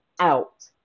out